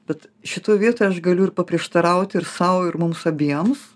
bet šitoj vietoj aš galiu ir paprieštarauti ir sau ir mums abiems